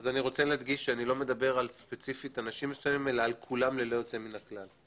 אני לא מדבר ספציפית על אנשים מסוימים אלא על כולם ללא יוצא מן הכלל.